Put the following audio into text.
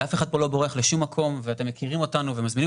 ואף אחד פה לא בורח לשום מקום ואתם מכירים אותנו ומזמינים